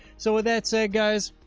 so with that said, guys,